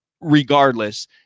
regardless